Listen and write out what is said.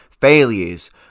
failures